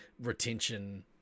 retention